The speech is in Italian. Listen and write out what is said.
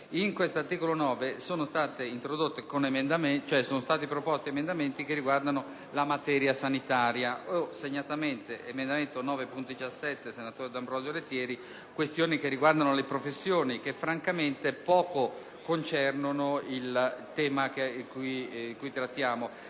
Nell'articolo 9 sono stati proposti emendamenti che riguardano la materia sanitaria, segnatamente l'emendamento 9.17, primo firmatario il senatore D'Ambrosio Lettieri, riguardante le professioni, che francamente poco concernono il tema di cui trattiamo.